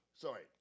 Sorry